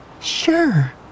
Sure